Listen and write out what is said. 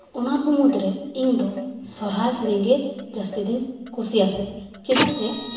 ᱚᱱᱟ ᱠᱚ ᱢᱩᱫᱽᱨᱮ ᱤᱧᱫᱚ ᱥᱚᱨᱦᱟᱭ ᱥᱮᱨᱮᱧ ᱜᱮ ᱡᱟᱹᱥᱛᱤ ᱫᱚᱧ ᱠᱩᱥᱤᱭᱟᱜ ᱥᱮ ᱪᱮᱫᱟᱜ ᱥᱮ